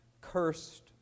cursed